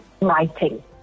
writing